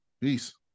Peace